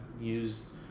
use